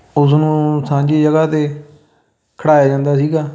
ਉਸ ਨੂੰ ਸਾਂਝੀ ਜਗ੍ਹਾ 'ਤੇ ਖੜਾਇਆ ਜਾਂਦਾ ਸੀਗਾ